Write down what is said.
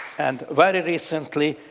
and very recently,